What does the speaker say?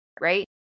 right